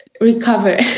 recover